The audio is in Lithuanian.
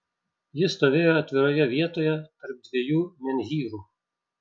ji stovėjo atviroje vietoje tarp dviejų menhyrų